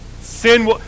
Sin